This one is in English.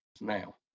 now